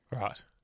Right